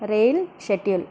rail schedule